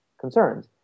concerns